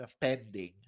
pending